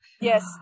Yes